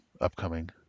upcoming